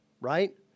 right